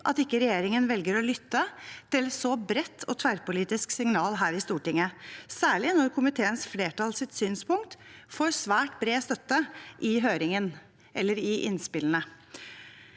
at ikke regjeringen velger å lytte til et så bredt og tverrpolitisk signal her i Stortinget, særlig når komiteens flertalls synspunkt får svært bred støtte i innspillene